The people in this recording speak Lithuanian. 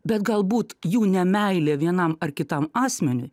bet galbūt jų nemeilė vienam ar kitam asmeniui